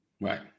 Right